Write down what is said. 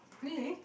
really